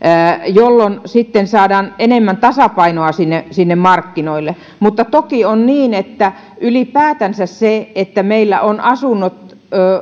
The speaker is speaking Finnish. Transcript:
jolloin sitten saadaan enemmän tasapainoa sinne sinne markkinoille mutta toki on niin että ylipäätänsä se että meillä on asunnot